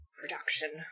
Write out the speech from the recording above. production